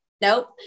Nope